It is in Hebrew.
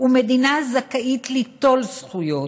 ומדינה זכאית ליטול זכויות.